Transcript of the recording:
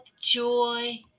joy